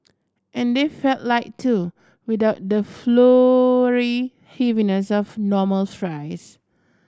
and they felt light too without the floury heaviness of normal fries